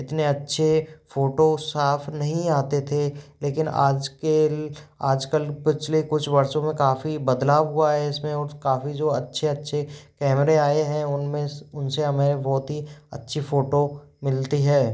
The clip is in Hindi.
इतने अच्छे फ़ोटो साफ़ नहीं आते थे लेकिन आज कल आज कल पिछले कुछ वर्षों में काफ़ी बदलाव हुआ है इस में और काफ़ी जो अच्छे अच्छे कैमरे आए हैं उन में उन से हमें बहुत ही अच्छी फ़ोटो मिलती है